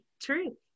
True